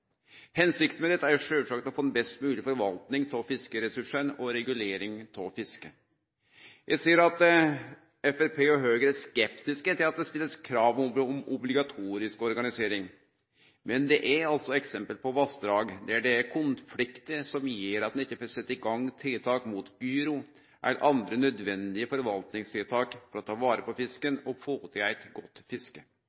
Hensikta med dette er sjølvsagt å få ei best mogleg forvaltning av fiskeressursane og regulering av fisket. Eg ser at Framstegspartiet og Høgre er skeptiske til at det blir stilt krav om obligatorisk organisering, men det finst eksempel på vassdrag der det er konfliktar som gjer at ein ikkje får sett i gang tiltak mot gyro eller andre nødvendige forvaltningstiltak for å ta vare på fisken